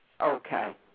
Okay